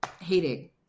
hating